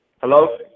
Hello